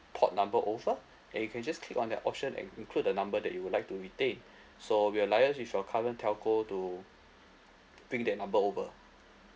port number over and you can just click on that option and include the number that you would like to retain so we will liaise with your current telco to bring that number over